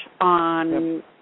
on